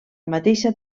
mateixa